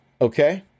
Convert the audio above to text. Okay